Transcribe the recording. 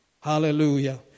Hallelujah